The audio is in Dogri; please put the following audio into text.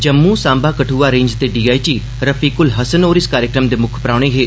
जम्मू सांबा कदुआ रेंज दे डीआईजी रफीक उल हस्सन होर इस कार्यक्रम दे मुक्ख परौहने हे